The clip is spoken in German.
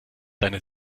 deine